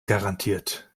garantiert